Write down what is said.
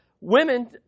women